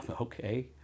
Okay